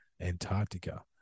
Antarctica